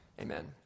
Amen